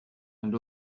and